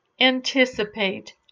anticipate